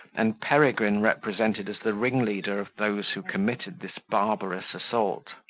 and peregrine represented as the ringleader of those who committed this barbarous assault.